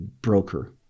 broker